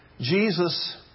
Jesus